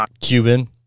Cuban